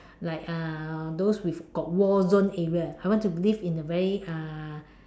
like uh those with got war zone area I want to live in a very uh